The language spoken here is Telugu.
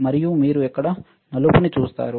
మరియు మీరు ఇక్కడ నలుపు ని చూస్తారు